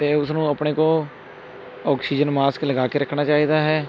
ਅਤੇ ਉਸਨੂੰ ਆਪਣੇ ਕੋਲ ਆਕਸੀਜਨ ਮਾਸਕ ਲਗਾ ਕੇ ਰੱਖਣਾ ਚਾਹੀਦਾ ਹੈ